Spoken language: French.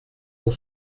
pour